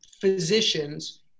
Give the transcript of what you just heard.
physicians